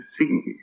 see